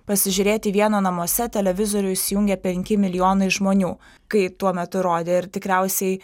pasižiūrėti vieno namuose televizorių įsijungė penki milijonai žmonių kai tuo metu rodė ir tikriausiai